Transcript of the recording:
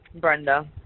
Brenda